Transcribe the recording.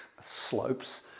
slopes